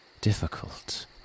difficult